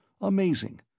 amazing